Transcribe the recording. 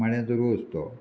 माण्याचो रोस तो